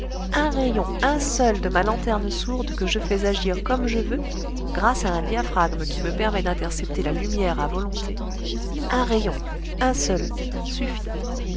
un rayon un seul de ma lanterne sourde que je fais agir comme je veux grâce à un diaphragme qui me permet d'intercepter la lumière à volonté un rayon un seul suffit